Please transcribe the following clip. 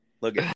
Look